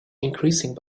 increasing